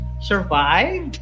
Survive